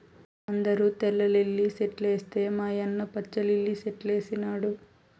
అందరూ తెల్ల లిల్లీ సెట్లేస్తే మా యన్న పచ్చ లిల్లి సెట్లేసినాడు